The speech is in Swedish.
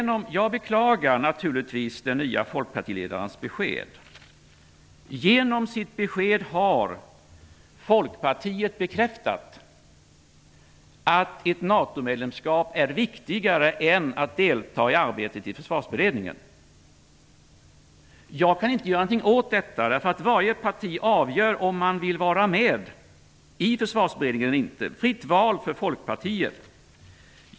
Jag beklagar naturligtvis den nya folkpartiledarens besked. Genom beskedet har Folkpartiet bekräftat att ett NATO-medlemskap är viktigare än att delta i arbetet i Försvarsberedningen. Jag kan inte göra någonting åt detta, därför att varje parti avgör om de vill vara med i Försvarsberedningen eller inte. Det är ett fritt val för Folkpartiet.